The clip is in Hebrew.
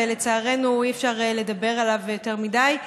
ולצערנו אי-אפשר לדבר עליו יותר מדי,